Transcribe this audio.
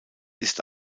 ist